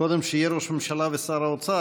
קודם שיהיו ראש ממשלה ושר אוצר,